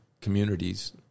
communities